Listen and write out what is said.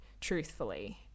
truthfully